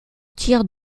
tir